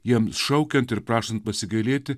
jiems šaukiant ir prašant pasigailėti